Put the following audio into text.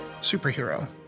superhero